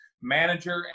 manager